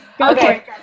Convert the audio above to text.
Okay